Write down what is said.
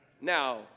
Now